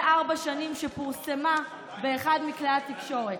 ארבע שנים שפורסמה באחד מכלי התקשורת: